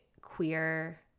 queer